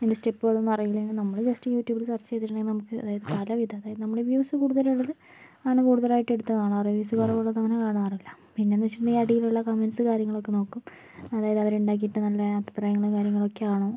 അതിൻ്റെ സ്റ്റെപ്പുകൾ ഒന്നും അറിയില്ലെങ്കിൽ നമ്മള് ജസ്റ്റ് യൂട്യൂബിൽ സെർച്ച് ചെയ്തിട്ടുണ്ടെങ്കിൽ നമുക്ക് അതായത് പലവിധ അതായത് നമ്മള് റിവ്യൂസ് കൂടുതലുള്ളത് ആണ് കൂടുതലായിട്ടും എടുത്തു കാണാറ് റിവ്യൂസ് കുറവുള്ളത് അങ്ങനെ കാണാറില്ല പിന്നെയെന്ന് വച്ചിട്ടുണ്ടെങ്കിൽ അടിയിലുള്ള കമൻസ് കാര്യങ്ങളൊക്കെ നോക്കും അതായത് അവര് ഉണ്ടാക്കിയിട്ട് നല്ല അഭിപ്രായങ്ങള് കാര്യങ്ങൾ ഒക്കെയാണോ